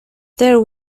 there